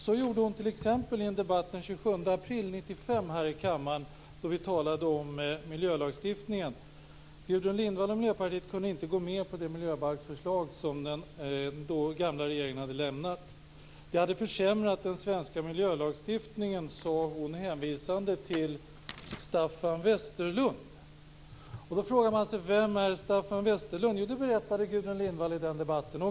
Det gjorde hon t.ex. i en debatt den 27 april 1995 här i kammaren, då vi talade om miljölagstiftningen. Gudrun Lindvall och Miljöpartiet kunde inte gå med på det miljöbalksförslag som den då gamla regeringen hade lämnat. Det hade försämrat den svenska miljölagstiftningen sade hon, hänvisande till Staffan Westerlund. Då frågar man sig: Vem är Staffan Westerlund? Jo, det berättade Gudrun Lindvall också i den debatten.